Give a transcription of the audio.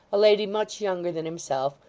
a lady much younger than himself,